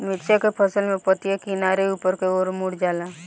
मिरचा के फसल में पतिया किनारे ऊपर के ओर मुड़ जाला?